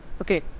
okay